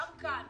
גם כאן,